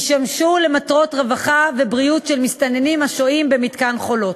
ישמשו למטרת רווחה ובריאות של מסתננים השוהים במתקן "חולות".